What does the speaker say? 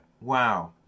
Wow